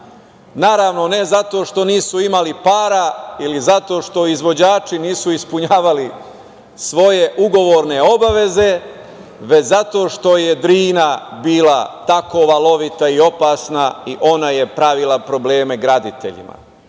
naravno ne zato što nisu imali para ili zato što izvođači nisu ispunjavali svoje ugovorne obaveze, već zato što je Drina bila tako valovita i opasna i pravila je probleme graditeljima.